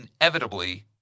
inevitably